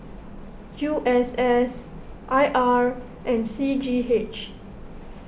U S S I R and C G H